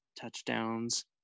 touchdowns